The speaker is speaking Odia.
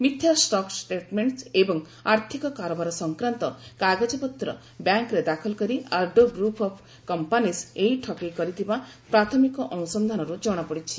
ମିଥ୍ୟା ଷ୍ଟକ୍ ଷ୍ଟେଟ୍ମେଣ୍ଟସ୍ ଏବଂ ଆର୍ଥିକ କାରବାର ସଂକ୍ରାନ୍ତ କାଗଜପତ୍ର ବ୍ୟାଙ୍କ୍ରେ ଦାଖଲ କରି ଆର୍ଡୋର ଗ୍ରପ୍ ଅଫ୍ କମ୍ପାନୀଜ୍ ଏହି ଠକେଇ କରିଥିବା ପ୍ରାଥମିକ ଅନୁସନ୍ଧାନରୁ ଜଣାପଡ଼ିଛି